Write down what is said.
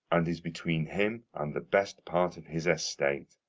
and is between him and the best part of his estate.